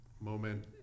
moment